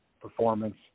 performance